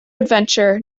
adventure